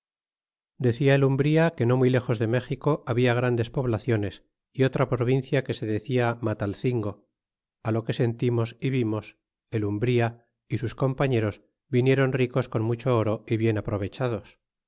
decia el umbria que no muy lejos de méxico habla grandes poblaciones y otra provincia que se decia matahngo y lo que sentimos y vimos el urnbria y sus compañeros vinieron ricos con mucho oro y bien aprovechados